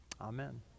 amen